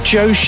Joe